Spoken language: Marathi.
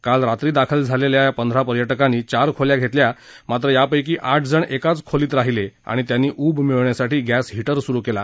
काल रात्री दाखल झालेल्या या पंधरा पर्यटकांनी चार खोल्या घेतल्या मात्र यापैकी आठजण एकाच खोलीत राहीले आणि त्यांनी ऊब मिळवण्यासाठी गॅस हिटर सुरु केला